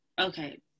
okay